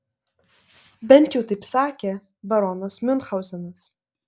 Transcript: bent jau taip sakė baronas miunchauzenas